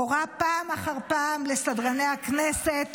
הורה פעם אחר פעם לסדרני הכנסת